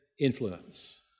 influence